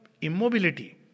immobility